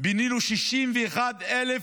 פינינו 61,000